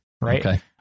right